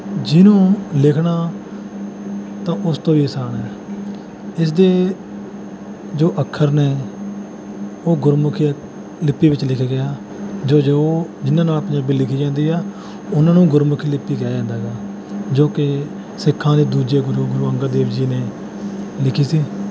ਜਿਹਨੂੰ ਲਿਖਣਾ ਤਾਂ ਉਸ ਤੋਂ ਵੀ ਅਸਾਨ ਹੈ ਇਸਦੇ ਜੋ ਅੱਖਰ ਨੇ ਉਹ ਗੁਰਮੁਖੀ ਲਿਪੀ ਵਿੱਚ ਲਿਖੇ ਗਏ ਆ ਜੋ ਜੋ ਜਿਨ੍ਹਾਂ ਨਾਲ ਪੰਜਾਬੀ ਲਿਖੀ ਜਾਂਦੀ ਹੈ ਉਨ੍ਹਾਂ ਨੂੰ ਗੁਰਮੁਖੀ ਲਿਪੀ ਕਿਹਾ ਜਾਂਦਾ ਗਾ ਜੋ ਕੇ ਸਿੱਖਾਂ ਦੇ ਦੂਜੇ ਗੁਰੂ ਗੁਰੂ ਅੰਗਦ ਦੇਵ ਜੀ ਨੇ ਲਿਖੀ ਸੀ